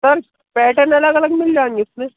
sir pattern अलग अलग मिल जाएँगे उसमें